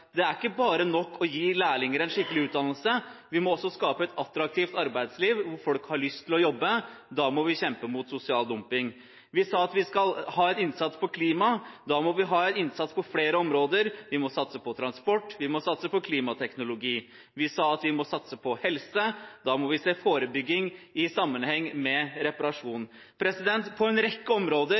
det er ikke nok bare å gi lærlinger en skikkelig utdannelse; vi må også skape et attraktivt arbeidsliv hvor folk har lyst til å jobbe. Da må vi kjempe mot sosial dumping. Vi sa at vi skal ha en innsats på klima. Da må vi ha en innsats på flere områder: Vi må satse på transport, vi må satse på klimateknologi. Vi sa at vi må satse på helse. Da må vi se forebygging i sammenheng med reparasjon. På en rekke områder